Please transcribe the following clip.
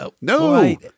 No